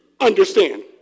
understand